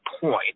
point –